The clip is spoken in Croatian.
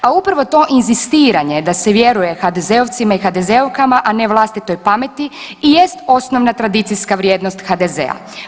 A upravo to inzistiranje da se vjeruje HDZ-ovcima i HDZ-ovkama, a ne vlastitoj pameti i jest osnovna tradicijska vrijednost HDZ-a.